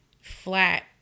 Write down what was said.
flat